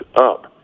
up